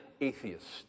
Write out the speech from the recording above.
atheists